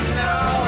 now